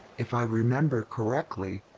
if i remember correctly,